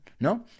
No